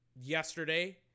yesterday